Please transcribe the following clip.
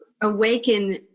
awaken